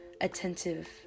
attentive